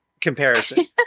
comparison